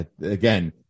Again